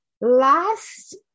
Last